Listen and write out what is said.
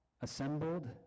assembled